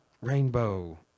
rainbow